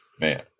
Man